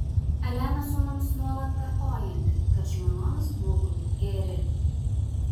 elena sūnums nuolat kartojanti kad žmonoms būtų geri